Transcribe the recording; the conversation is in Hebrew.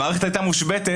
המערכת הייתה מושבתת,